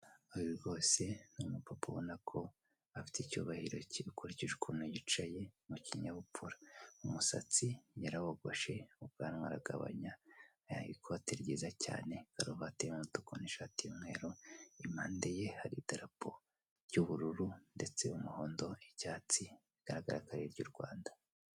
Uyu rwose ni umupapa ubona ko afite icyubahiro ukurikije ukuntu yicaye mu kinyabupfura, umusatsi yarawogoshe ubwanwa aragabanya, ikote ryiza cyane karuvati y'umutuku n'ishati y'umweru impande ye hari idarapo ry'ubururu, ndetse umuhondo, icyatsi bigaraga ko ari iry' u Rwanda.